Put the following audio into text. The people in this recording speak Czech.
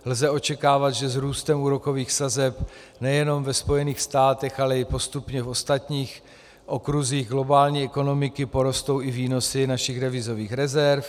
Lze očekávat, že s růstem úrokových sazeb nejenom ve Spojených státech, ale i postupně v ostatních okruzích globální ekonomiky porostou i výnosy našich devizových rezerv.